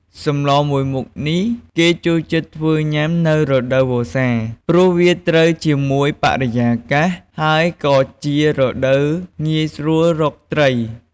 សម្លមួយមុខនេះគេចូលចិត្តធ្វើញុាំនៅរដូវវស្សា ព្រោះវាត្រូវជាមួយបរិយាកាសហើយក៏ជារដូវងាយស្រួលរកត្រី។